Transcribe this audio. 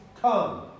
Come